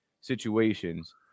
situations